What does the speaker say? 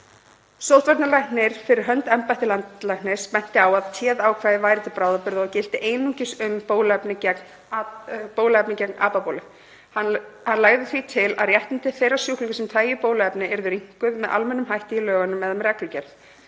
Sóttvarnalæknir, fyrir hönd embættis landlæknis, benti á að téð ákvæði væri til bráðabirgða og gilti einungis um bóluefni gegn apabólu. Hann legði því til að réttindi þeirra sjúklinga sem þægju bóluefnið yrðu rýmkuð með almennum hætti í lögunum eða með reglugerð.